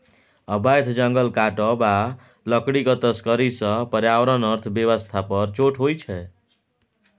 अबैध जंगल काटब आ लकड़ीक तस्करी सँ पर्यावरण अर्थ बेबस्था पर चोट होइ छै